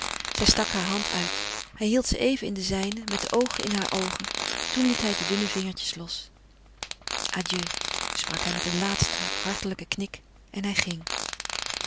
zij stak haar hand uit hij hield ze even in de zijne met de oogen in hare oogen toen liet hij de dunne vingertjes los adieu sprak hij met een laatsten hartelijken knik en hij ging